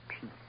peace